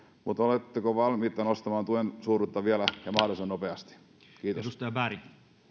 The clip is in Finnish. mutta oletteko valmiita nostamaan tuen suuruutta vielä ja mahdollisimman nopeasti kiitos